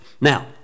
Now